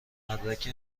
مدرک